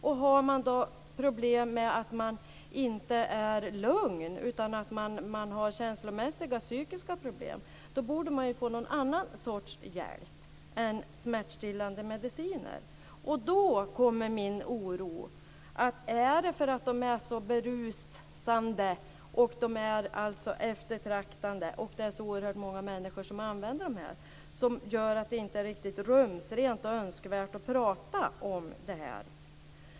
Och har man då problem med att man inte är lugn utan har känslomässiga psykiska problem, då borde man ju få någon annan sorts hjälp än smärtstillande mediciner. Och då kommer min oro. Är det för att dessa mediciner är så berusande och eftertraktade och att så oerhört många människor använder dem som gör att det inte är riktigt rumsrent och önskvärt att tala om det här?